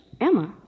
Emma